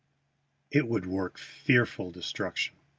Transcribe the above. it would work fearful destruction.